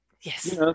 yes